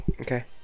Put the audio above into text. Okay